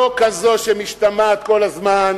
לא כזו שמשתמעת כל הזמן